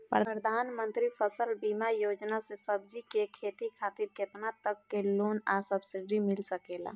प्रधानमंत्री फसल बीमा योजना से सब्जी के खेती खातिर केतना तक के लोन आ सब्सिडी मिल सकेला?